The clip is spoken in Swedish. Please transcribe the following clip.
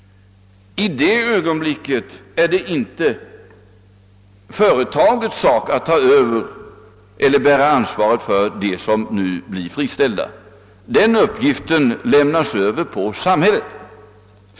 I den situation som då förelåg var det inte företagets uppgift att bära ansvaret för dem som blev friställda utan detta överlät man på samhället.